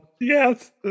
Yes